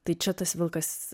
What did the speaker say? tai čia tas vilkas